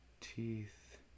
teeth